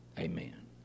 Amen